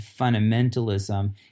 fundamentalism